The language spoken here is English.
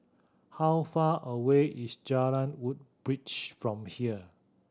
how far away is Jalan Woodbridge from here